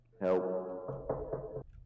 Help